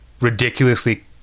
ridiculously